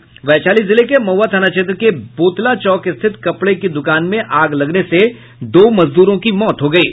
वैशाली जिले के महुआ थाना क्षेत्र के बोतला चौक स्थित कपड़े की दुकान में आग लगने से दो मजदूरों की मौत हो गयी